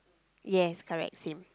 yes correct same